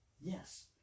Yes